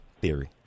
theory